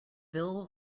bill